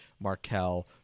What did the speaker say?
Markel